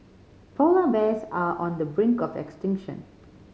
polar bears are on the brink of extinction